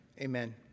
Amen